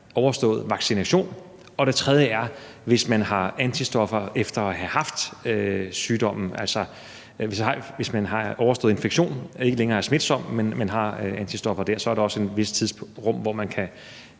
overstået vaccination. Og den tredje er, hvis man har antistoffer efter at have haft sygdommen. Altså, hvis man har overstået infektionen og ikke længere er smitsom og har antistoffer, er der også et vist tidsrum, hvori man kan